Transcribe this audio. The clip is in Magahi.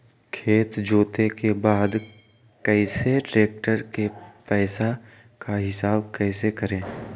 खेत जोते के बाद कैसे ट्रैक्टर के पैसा का हिसाब कैसे करें?